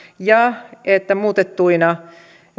ja että muutettuina